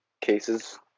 cases